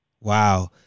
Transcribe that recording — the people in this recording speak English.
Wow